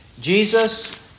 Jesus